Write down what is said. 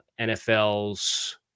NFL's